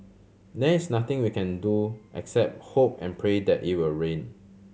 there's nothing we can do except hope and pray that it will rain